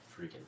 freaking